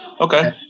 Okay